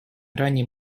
иране